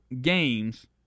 games –